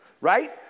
right